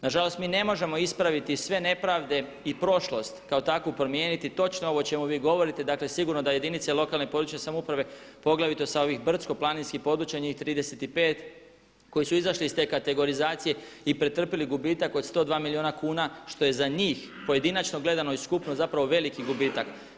Nažalost, mi ne možemo ispraviti sve nepravde i prošlost kao takvu promijeniti, točno ovo o čemu vi govorite, dakle sigurno da jedinice lokalne i područne samouprave poglavito sa ovih brdsko-planinskih područja, njih 35 koji su izašli iz te kategorizacije i pretrpjeli gubitak od 102 milijuna kuna što je za njih pojedinačno gledano i skupno zapravo veliki gubitak.